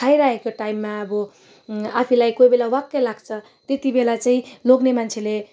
खाइ राखेको टाइममा अब आफैलाई कोही बेला वाक्कै लाग्छ त्यतिबेला चाहिँ लोग्ने मान्छेले